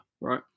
right